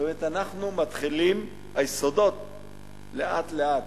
זאת אומרת, היסודות לאט-לאט